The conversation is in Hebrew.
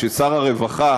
כששר הרווחה